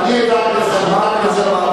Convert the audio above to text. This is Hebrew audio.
אמרתי מראש, גם כשהצגתי.